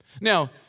Now